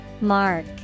Mark